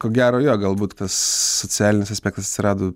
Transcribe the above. ko gero jo galbūt tas socialinis aspektas atsirado